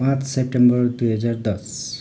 पाँच सेप्टेम्बर दुई हजार दस